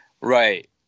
Right